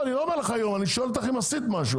לא, אני לא אומר לך היום, אני שואל אם עשית משהו.